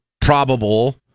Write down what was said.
probable